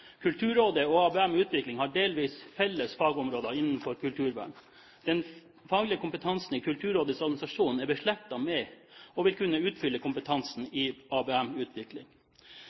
Kulturrådet og ABM-utvikling har delvis felles fagområder innenfor kulturvern. Den faglige kompetansen i Kulturrådets administrasjon er beslektet med og vil kunne utfylle kompetansen i